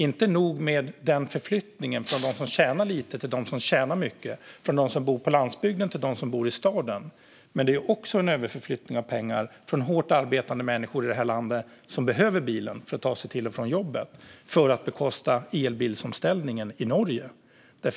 Inte nog med denna förflyttning från dem som tjänar lite till dem som tjänar mycket, från dem som bor på landsbygden till dem som bor i staden; det sker också en överflyttning av pengar från hårt arbetande människor i det här landet som behöver bilen för att ta sig till och från jobbet till att bekosta elbilsomställningen i Norge.